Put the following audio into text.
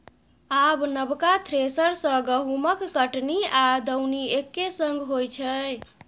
आब नबका थ्रेसर सँ गहुँमक कटनी आ दौनी एक्के संग होइ छै